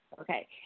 Okay